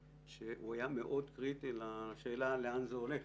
שהיה מאוד קריטי לשאלה לאן זה הולך,